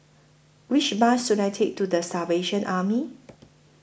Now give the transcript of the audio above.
Which Bus should I Take to The Salvation Army